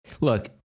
Look